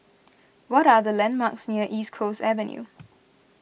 what are the landmarks near East Coast Avenue